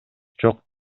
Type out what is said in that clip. жок